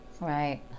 Right